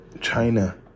China